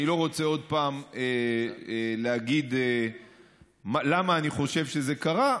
אני לא רוצה עוד פעם להגיד למה אני חושב שזה קרה.